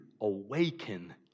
awaken